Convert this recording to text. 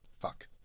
fuck